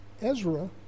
Ezra